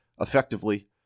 effectively